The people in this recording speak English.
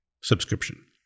subscription